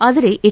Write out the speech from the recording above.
ಆದರೆ ಎಚ್